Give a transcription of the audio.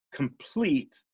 complete